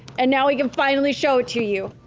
and now we can finally show it to you.